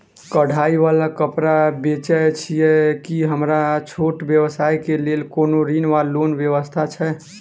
कढ़ाई वला कापड़ बेचै छीयै की हमरा छोट व्यवसाय केँ लेल कोनो ऋण वा लोन व्यवस्था छै?